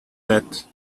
that